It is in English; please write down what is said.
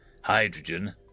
Hydrogen